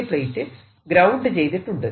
plate ground ചെയ്തിട്ടുണ്ട്